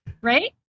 Right